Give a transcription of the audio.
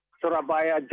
Surabaya